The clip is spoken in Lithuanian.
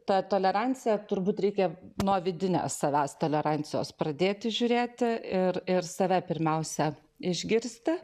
ta tolerancija turbūt reikia nuo vidinio savęs tolerancijos pradėti žiūrėti ir ir save pirmiausia išgirsti